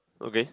okay